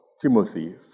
Timothy